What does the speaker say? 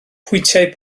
pwyntiau